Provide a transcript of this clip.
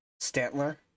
Stantler